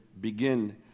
begin